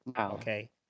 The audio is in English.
Okay